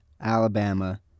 Alabama